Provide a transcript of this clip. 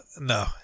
No